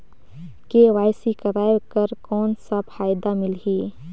KYC कराय कर कौन का फायदा मिलही?